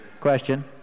question